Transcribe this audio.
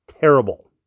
terrible